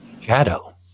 Shadow